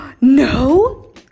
No